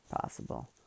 possible